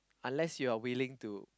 unless you're willing to